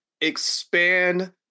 expand